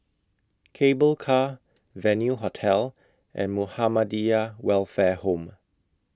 Cable Car Venue Hotel and Muhammadiyah Welfare Home